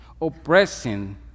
oppressing